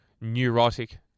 neurotic